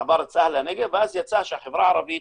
מעבר צה"ל לנגב ואז יצא שהחברה הערבית